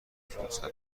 فرصتها